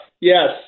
yes